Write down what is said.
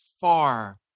far